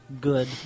good